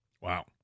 Wow